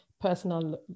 personal